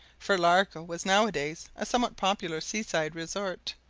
for largo was nowadays a somewhat popular seaside resort,